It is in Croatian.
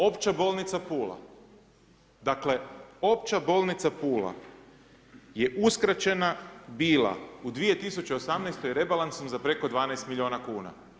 Opća bolnica Pula, dakle, Opća bolnica Pula je uskraćena bila u 2018.-toj rebalansom za preko 12 milijuna kuna.